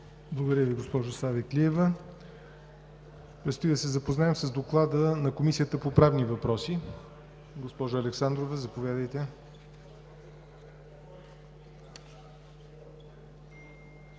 Благодаря Ви, госпожо Савеклиева. Предстои да се запознаем с Доклада на Комисията по правни въпроси. Госпожо Александрова, заповядайте.